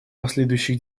последующих